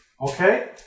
Okay